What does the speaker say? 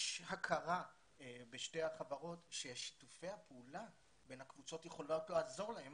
יש הכרה בשתי החברות ששיתופי הפעולה בין הקבוצות יכולים רק לעזור להם